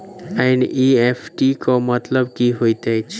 NEFT केँ मतलब की होइत अछि?